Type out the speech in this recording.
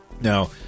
Now